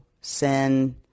sin